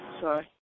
sorry